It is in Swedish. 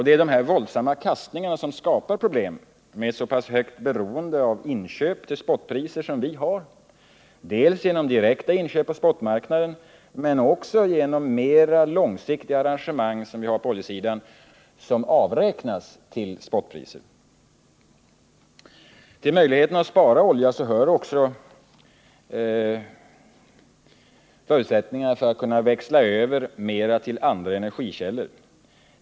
Det är dessa våldsamma kastningar som skapar problem med ett så pass högt beroende av inköp till spotpriser som vi har, dels genom direkta köp på spotmarknaden, dels genom mer långsiktiga arrangemang på oljesidan som avräknas till spotpriserna. En möjlighet att spara olja är att växla över förbrukningen till andra energikällor.